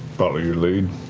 follow your lead?